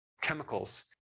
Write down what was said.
chemicals